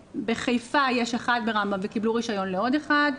בחיפה יש אחד ברמב"ם וקיבלו רישיון לעוד אחד,